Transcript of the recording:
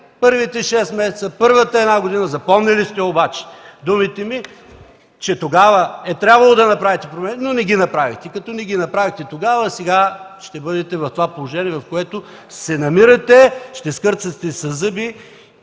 първите шест месеца, първата една година. Запомнили сте обаче думите ми, че тогава е трябвало да направите промени, но не ги направихте. Като не сте ги направили, сега ще бъдете в това положение, в което се намирате, ще скърцате със зъби